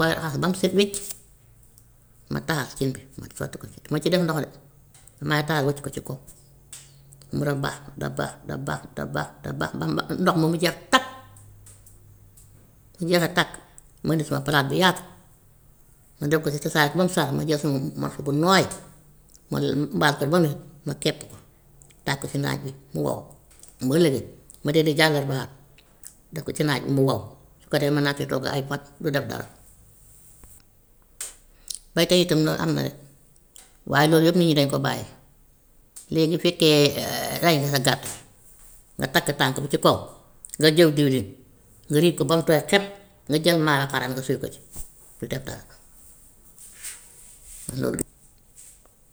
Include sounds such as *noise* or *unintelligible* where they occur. Koy raxas ba mu set wecc, ma taxal cin bi ma sotti ko ci, du ma ci def ndox de damay taal wocc ko ci kaw mu da bax, da bax, da bax, da bax, da bax, ba mba- ndox mi mu jeex tak bu jeexee tàkk ma indi sama palaat bu yaatu ma def ko si ci ko saaf ba mu saaf ma jël sama morso bu nooy ma *hesitation* mbaal ko bo ne ma kepp ko taaj ko si naaj bi mu wow. Bu ëllëgee ma dee di *unintelligible* def ko ci naaj mu wow, su ko defee mun naa si togg ay fan du def dara. Ba tey itam loolu am na, waaye loolu yëpp nit ñi dañ ko bàyyi, léegi fekkee *hesitation* rey nga sa gàtt bi nga takk tànk bi ci kaw nga jël diwlin, nga riij ko ba mu tooy xepp, nga jël maalo xaram nga suy ko ci du def dara loolu.